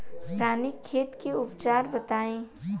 रानीखेत के उपचार बताई?